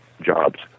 jobs